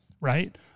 right